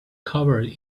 covered